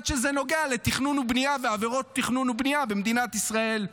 עד שזה נוגע לתכנון ובנייה ועבירות תכנון ובנייה במדינת ישראל.